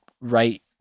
right